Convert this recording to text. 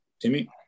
Timmy